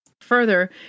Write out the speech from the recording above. Further